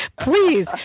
please